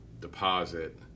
deposit